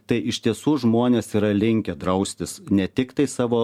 tai iš tiesų žmonės yra linkę draustis ne tiktai savo